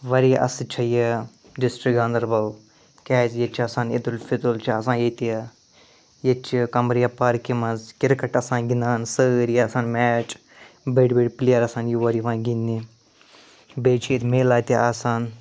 واریاہ اَصٕل چھےٚ یہِ ڈِسٹرک گانٛدربَل کیٛازِ ییٚتہِ چھِ آسان عیٖدُالفطر چھِ آسان ییٚتہِ ییٚتہِ چھِ کمرِیا پارکہِ منٛز کِرکَٹ آسان گِنٛدان سٲری آسان میچ بٔڈۍ بٔڈۍ پُلیر آسان یور یِوان گِنٛدنہِ بیٚیہِ چھِ ییٚتہِ میلا تہِ آسان